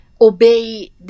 obey